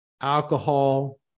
alcohol